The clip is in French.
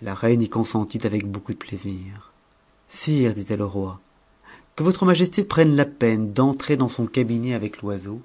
la reine y consentit avec beaucoup de plaisir sire dit-elle au roi que votre majesté prenne la peine d'entrer dans son cabinet avec l'oiseau